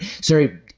Sorry